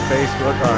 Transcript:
Facebook